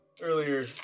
earlier